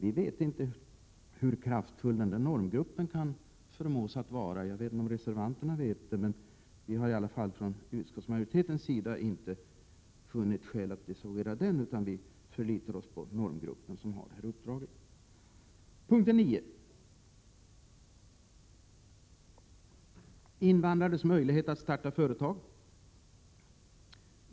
Ingen vet hur kraftfullt normgruppen kan förmås att arbeta, men utskottsmajoriteten har inte funnit skäl att desavouera den utan förlitar sig på att den utför detta uppdrag. Reservation 9 handlar om invandrares möjligheter att starta företag.